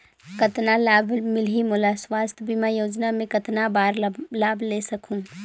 कतना लाभ मिलही मोला? स्वास्थ बीमा योजना मे कतना बार लाभ ले सकहूँ?